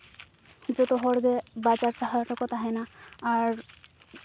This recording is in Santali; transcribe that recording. ᱡᱚᱛᱚ ᱦᱚᱲᱜᱮ ᱵᱟᱡᱟᱨ ᱥᱟᱦᱟᱨ ᱨᱮᱠᱚ ᱛᱟᱦᱮᱱᱟ ᱟᱨ